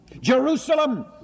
Jerusalem